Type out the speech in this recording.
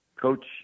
coach